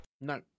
No